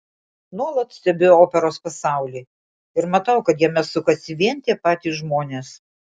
nuolat stebiu operos pasaulį ir matau kad jame sukasi vien tie patys žmonės